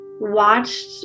watched